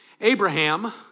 Abraham